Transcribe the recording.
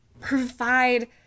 provide